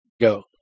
go